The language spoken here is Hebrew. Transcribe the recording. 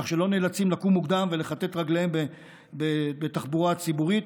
כך שהם לא נאלצים לקום מוקדם ולכתת רגליהם בתחבורה ציבורית,